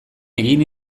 egin